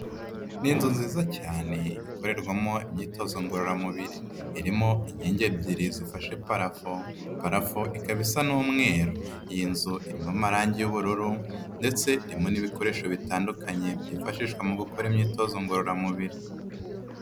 Ni inzu nziza cyane ikorerwamo imyitozo ngororamubiri, irimo inkingi ebyiri zifashe parafo, parafo ikaba isa n'umweru, iyi nzu irimo amarange y'ubururu ndetse irimo n'ibikoresho bitandukanye byifashishwa mu gukora imyitozo ngororamubiri.